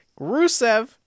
Rusev